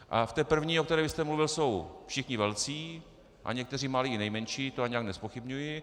A v té první, o které jste mluvil, jsou všichni velcí a někteří malí i nejmenší, to ani nijak nezpochybňuji.